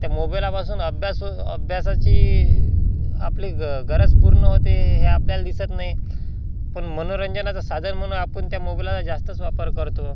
त्या मोबाईलापासून अभ्यास अभ्यासाची आपली ग गरज पूर्ण होते ते हे आपल्याला दिसत नाही पण मनोरंजनाचं साधन म्हणून आपण त्या मोबाईलला जास्तच वापर करतो